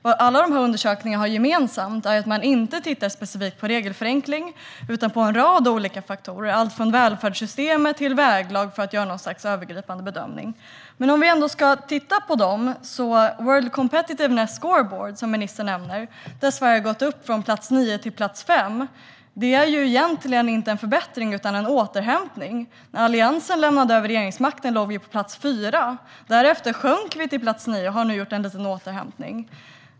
Vad alla undersökningarna har gemensamt är att man inte tittar specifikt på regelförenkling utan på en rad olika faktorer. Det är allt från välfärdssystemet till väglag, och sedan gör man något slags övergripande bedömning. Ministern nämnde the World Competitiveness Scoreboard, där Sverige har gått upp från plats nio till plats fem. Det är egentligen inte en förbättring utan en återhämtning. När Alliansen lämnade över regeringsmakten låg Sverige på plats fyra. Därefter sjönk Sverige till plats nio och har nu gjort en liten återhämtning.